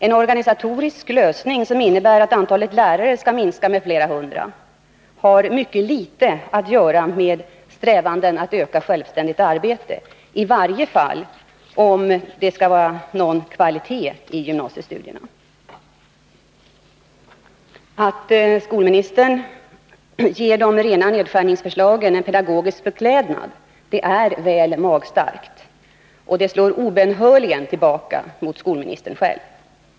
En organisatorisk lösning som innebär att antalet lärare skall minska med flera hundra har mycket litet att göra med strävanden att öka självständigt arbete, i varje fall om det skall vara någon kvalitet i gymnasiestudierna. Att skolministern ger de rena nedskärningsförslagen en pedagogisk förklädnad är väl magstarkt och slår obönhörligen tillbaka mot skolministern själv.